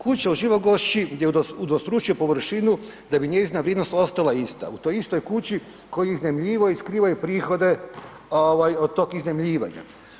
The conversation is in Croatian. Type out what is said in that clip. Kuća u Živogošći, gdje je udvostručio površinu da bi njezina vrijednost ostala ista, u toj istoj kući koju je iznajmljivao i skrivao je prihode od tog iznajmljivanja.